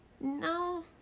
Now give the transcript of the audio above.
no